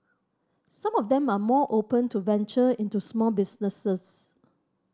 some of them are more open to venture into small businesses